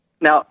now